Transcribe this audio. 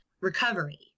recovery